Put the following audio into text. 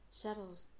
shuttle's